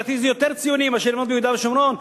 ולדעתי זה יותר ציוני מאשר לבנות ביהודה ושומרון,